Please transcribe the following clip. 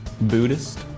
Buddhist